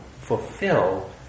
fulfill